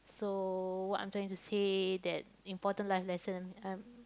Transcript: so what I'm trying to say that important life lesson um